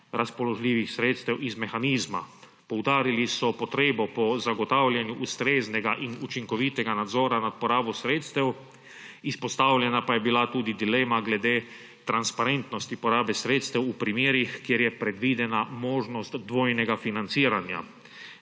razpoložljivih sredstev iz mehanizma. Poudarili so potrebo po zagotavljanju ustreznega in učinkovitega nadzora nad porabo sredstev, izpostavljena pa je bila tudi dilema glede transparentnosti porabe sredstev v primerih, kjer je predvidena možnost dvojnega financiranja